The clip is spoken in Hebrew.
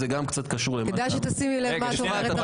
זה גם קצת קשור למה --- כדאי שתשימי לב למה שאת אומרת,